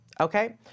Okay